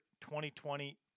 2020